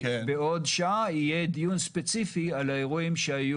בעוד שעה יהיה דיון ספציפי על האירועים שהיו.